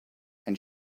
and